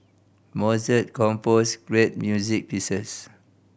Mozart composed great music pieces